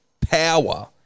power